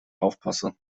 aufpasse